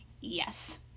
Yes